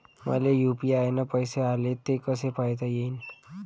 मले यू.पी.आय न पैसे आले, ते कसे पायता येईन?